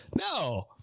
No